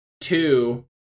Two